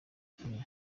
kenya